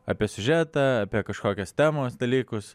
apie siužetą apie kažkokias temos dalykus